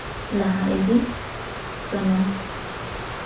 ᱞᱟᱦᱟ ᱤᱫᱤᱜ ᱠᱟᱱᱟ